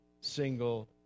single